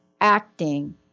acting